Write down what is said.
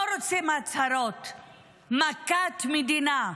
לא רוצים הצהרות, "מכת מדינה"